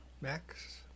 Max